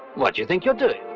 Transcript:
what do you think you're doing?